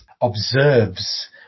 observes